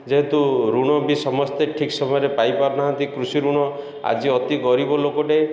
ଯେହେତୁ ଋଣ ବି ସମସ୍ତେ ଠିକ୍ ସମୟରେ ପାଇପାରୁନାହାନ୍ତି କୃଷି ଋଣ ଆଜି ଅତି ଗରିବ ଲୋକଟେ